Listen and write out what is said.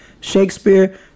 Shakespeare